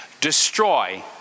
destroy